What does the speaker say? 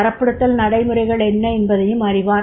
தரப்படுத்தல் நடைமுறைகள் என்ன என்பதையும் அறிவார்